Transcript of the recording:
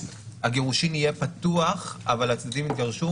הגירושין יהיה פתוח אבל הצדדים התגרשו,